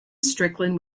strickland